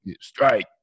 strike